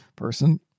Person